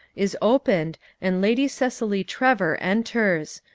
is opened and lady cicely trevor enters.